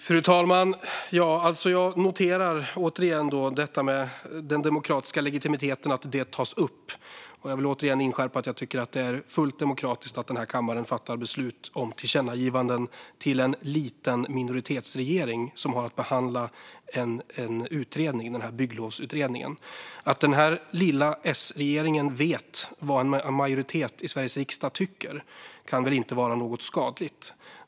Fru talman! Jag noterar återigen att detta med den demokratiska legitimiteten tas upp. Jag vill återigen inskärpa att jag tycker att det är fullt demokratiskt att den här kammaren fattar beslut om förslag till tillkännagivanden till en liten minoritetsregering som har att behandla bygglovsutredningen. Att denna lilla S-regering vet vad en majoritet i Sveriges riksdag tycker kan väl inte vara något skadligt?